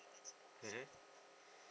mmhmm